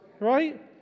Right